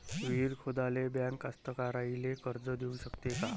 विहीर खोदाले बँक कास्तकाराइले कर्ज देऊ शकते का?